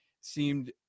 seemed